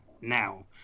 now